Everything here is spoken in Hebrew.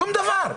שום דבר.